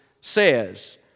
says